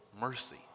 mercy